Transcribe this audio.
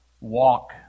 walk